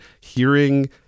hearing